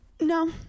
No